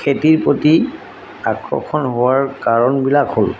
খেতিৰ প্ৰতি আকৰ্ষণ হোৱাৰ কাৰণবিলাক হ'ল